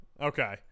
Okay